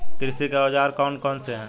कृषि के औजार कौन कौन से हैं?